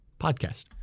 podcast